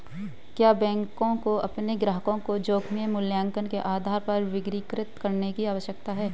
क्या बैंकों को अपने ग्राहकों को जोखिम मूल्यांकन के आधार पर वर्गीकृत करने की आवश्यकता है?